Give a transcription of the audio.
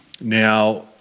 Now